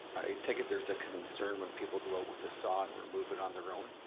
take it there's a concern when people go out with a saw and remove it on their own?